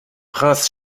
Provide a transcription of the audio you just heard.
prince